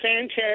Sanchez